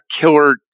killer